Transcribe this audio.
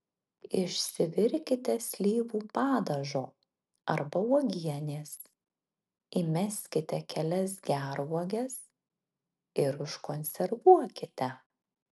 išsivirkite slyvų padažo arba uogienės įmeskite kelias gervuoges ir užkonservuokite